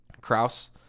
kraus